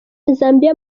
zambia